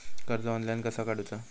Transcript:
कर्ज ऑनलाइन कसा काडूचा?